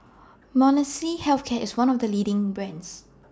Molnylcke Health Care IS one of The leading brands